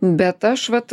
bet aš vat